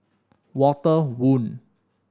Walter Woon